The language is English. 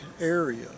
area